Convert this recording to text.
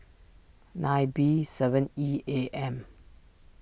nine B seven E A M